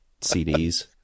CDs